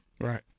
right